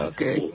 Okay